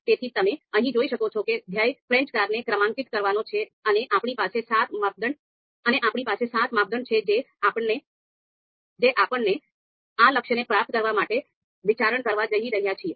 તેથી તમે અહીં જોઈ શકો છો કે ધ્યેય ફ્રેન્ચ કારને ક્રમાંકિત કરવાનો છે અને આપણી પાસે સાત માપદંડ છે જે આપણને આ લક્ષ્યને પ્રાપ્ત કરવા માટે વિચારણા કરવા જઈ રહ્યા છીએ